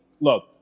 look